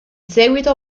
seguito